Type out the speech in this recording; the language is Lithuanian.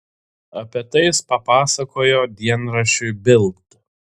apie tai jis papasakojo dienraščiui bild